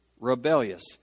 rebellious